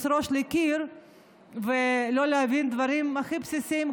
ראש בקיר ולא להבין דברים הכי בסיסיים.